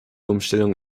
umstellung